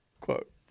Quote